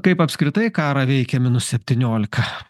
kaip apskritai karą veikia minus septyniolika